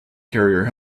carrier